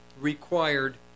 required